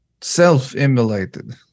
self-immolated